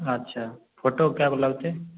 अच्छा फोटो कए गौ लगतै